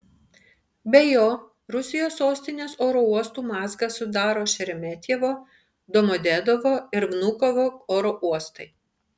be jo rusijos sostinės oro uostų mazgą sudaro šeremetjevo domodedovo ir vnukovo oro uostai